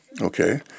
Okay